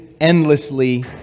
endlessly